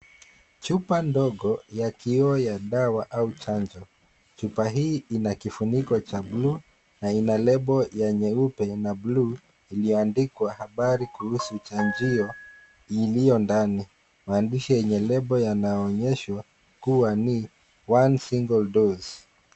Chupa ndogo ya kioo ya dawa au chanjo. Chupa hii ina kifuniko cha bluu na ina lebo ya nyeupe na bluu iliyoandikwa habari kuhusu chanjio iliyo ndani. Maandishi yenye lebo yanaaonyesha kuwa ni one single dose .